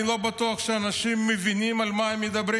אני לא בטוח שאנשים מבינים על מה הם מדברים.